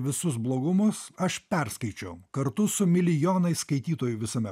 visus blogumus aš perskaičiau kartu su milijonais skaitytojų visame